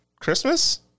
Christmas